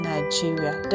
Nigeria